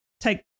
take